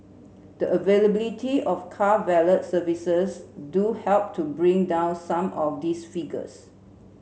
the availability of car valet services do help to bring down some of these figures